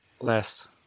Less